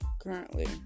currently